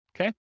Okay